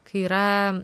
kai yra